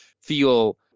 feel